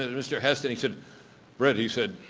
ah mr. heston. he said brit, he said,